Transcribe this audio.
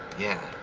yeah,